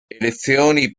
elezioni